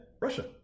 Russia